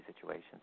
situations